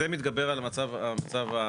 זה מתגבר על המצב הקלאסי